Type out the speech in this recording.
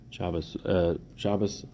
Shabbos